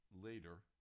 later